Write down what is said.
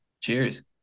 cheers